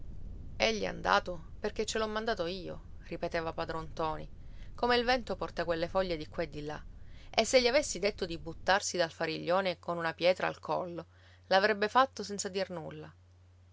egli è andato perché ce l'ho mandato io ripeteva padron ntoni come il vento porta quelle foglie di qua e di là e se gli avessi detto di buttarsi dal fariglione con una pietra al collo l'avrebbe fatto senza dir nulla